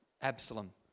Absalom